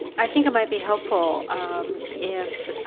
i think it might be helpful if